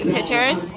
pictures